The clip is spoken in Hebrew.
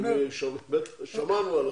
שמענו עליו.